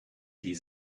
die